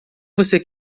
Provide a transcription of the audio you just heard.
você